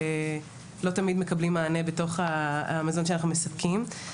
לא תמיד מקבלים מענה בתוך המזון שאנחנו מספקים.